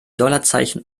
dollarzeichen